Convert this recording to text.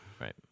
Right